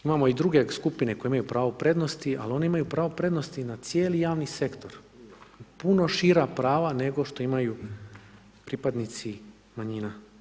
Imamo i druge skupine koje imaju pravo prednosti ali oni imaju pravo prednosti na cijeli javni sektor, puno šira prava nego što imaju pripadnici manjina.